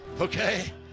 Okay